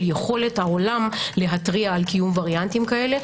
יכולת העולם להתריע על קיום וריאנטים כאלה.